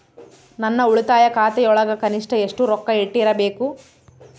ನನ್ನ ಉಳಿತಾಯ ಖಾತೆಯೊಳಗ ಕನಿಷ್ಟ ಎಷ್ಟು ರೊಕ್ಕ ಇಟ್ಟಿರಬೇಕು?